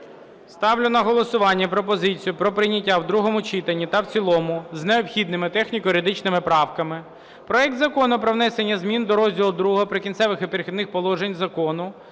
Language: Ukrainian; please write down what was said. Ставлю на голосування пропозицію про прийняття в другому читанні та в цілому з необхідними техніко-юридичними правками проект Закону про внесення змін до розділу II "Прикінцеві і перехідні положення" Закону